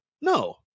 No